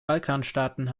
balkanstaaten